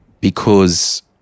because-